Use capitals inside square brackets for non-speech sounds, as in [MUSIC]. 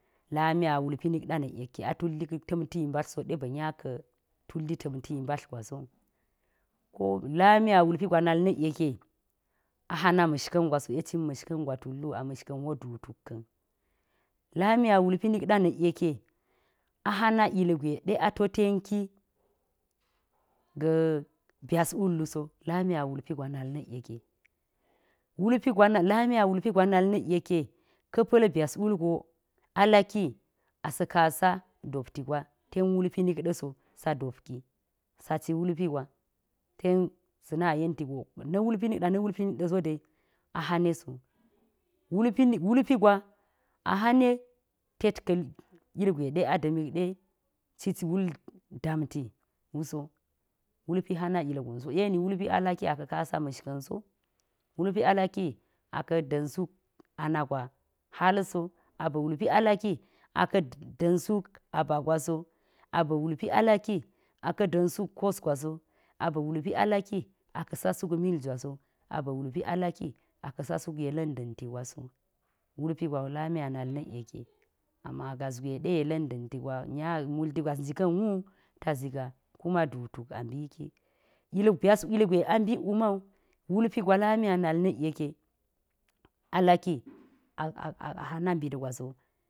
Lami awulpi nik ɗa nak yeke atullik ta̱mti mbattso de ba̱ nya tullitamti ga̱ mbattgna se ko lami a wulpi gwa nd nik yeke a hara ma̱shken gwaseɗe cinamashaka̱n wo duu tuk ka̱n lami awulpi nik da na̱k yek a hana ilgwe ato ten ki, [HESITATION] byas wulso, lami awulpi gwa na nikyeke walpi gwa lami a walpi gwa nal na̱k yeke kapa̱l byas wulgo alaki asa̱ kasa ditti gwa so ten wulpi nikɗa̱ so sa̱ dop ki saci wulpi gwa ten sa̱ne yenti ga na̱ wulpi niɗa nak wulpinik ḏasu de ahane so, [NOISE] wulpi, wulpigwa chine tek ka̱ ilgwe ada̱nik de [UNINTELLIGIBLE] damti wuso. Wulpi hana ilgon si eni wulpi elaki akasa ma̱shka̱nso wulpi alaki ada̱n suk ana gwa halso aba̱ wulpi alaki aka da̱n suk abagwa so aba̱ wulpi alaki aka̱ da̱n suk kos gwaso, aba̱ wulpi alaki aka sa suk mil jwaso aba̱ wulpi alaki akese suk yela̱n da̱ntigwaso. Wulpi gwano lami anal [NOISE] nak yeke ama gasgwa de yellan da̱nrigwa nya multigwas ngi ka̱n wu taziga kuma duu tuk ambiki, byasilage ambik wu mawu, wulpigwa lami anal nikye ke alaki aa hana mbit gwaso.